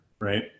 right